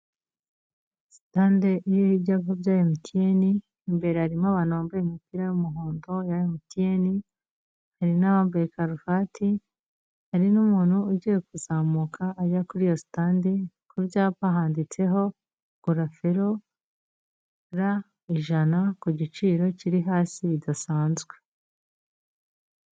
Stande iriho ibyapa bya MTN, imbere harimo abantu bambaye imipira y'umuhondo ya MTN hari n'abambaye karuvati hari n'umuntu ugiye kuzamuka ajya kuri iyo stande ku byapa handitseho gura felo ra ijana, ku giciro kiri hasi bidasanzwe.